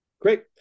Great